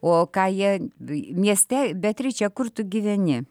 o ką jie mieste beatriče kur tu gyveni